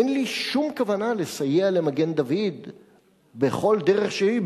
אין לי שום כוונה לסייע למגן-דוד בכל דרך שהיא,